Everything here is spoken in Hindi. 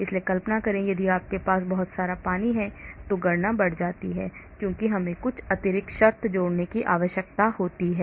इसलिए कल्पना करें कि यदि आपके पास बहुत सारा पानी मौजूद है तो गणना बढ़ जाती है क्योंकि हमें कुछ अतिरिक्त शर्तें जोड़ने की आवश्यकता होती है